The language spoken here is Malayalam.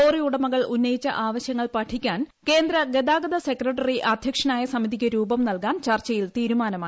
ലോറി ഉടമകൾ ഉന്നയിച്ച ആവശ്യങ്ങൾ പഠിക്കാൻ കേന്ദ്ര ഗതാഗത സെക്രട്ടറി അധ്യക്ഷനായ സമിതിക്ക് രൂപം നൽകാൻ ചർച്ചയിൽ തീരുമാനമായി